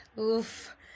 Oof